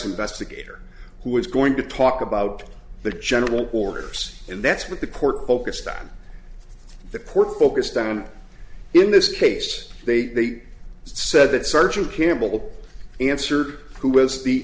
investigator who is going to talk about the general orders and that's what the court focused on the court focused on in this case they said that sergeant campbell answer who was the